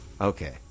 Okay